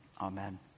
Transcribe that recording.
Amen